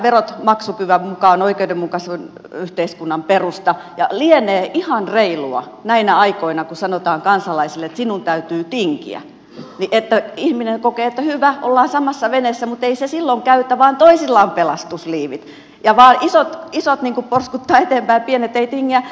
verot maksukyvyn mukaan on oikeudenmukaisen yhteiskunnan perusta ja lienee ihan reilua näinä aikoina kun sanotaan kansalaisille että sinun täytyy tinkiä että ihminen kokee että hyvä ollaan samassa veneessä mutta ei se silloin käy että vain toisilla on pelastusliivit ja vain isot porskuttavat eteenpäin ja pienet tinkivät